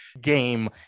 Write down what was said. game